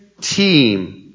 team